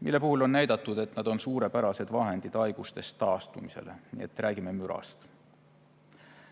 mille puhul on näidatud, et need on suurepärased vahendid haigustest taastumisel. Nii et räägime mürast.